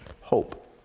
hope